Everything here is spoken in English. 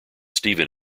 steven